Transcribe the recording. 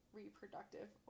reproductive